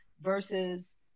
versus